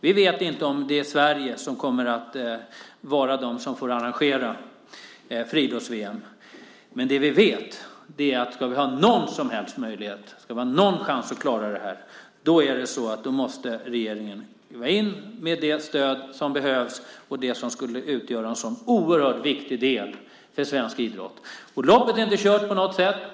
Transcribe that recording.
Vi vet inte om det är Sverige som kommer att vara det land som får arrangera friidrotts-VM. Men det som vi vet är att ska vi ha någon som helst möjlighet och chans att klara detta, måste regeringen gå in med det stöd som behövs för det som skulle utgöra en så oerhört viktig del för svensk idrott. Loppet är inte kört på något sätt.